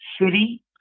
City